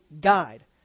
guide